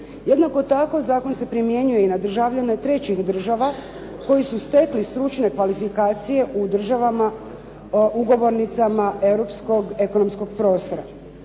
Jednako tako zakon se primjenjuje i na državljane trećih država, koji su stekli stručne kvalifikacije u državama ugovornicama Europskog ekonomskog prostora.